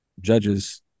judges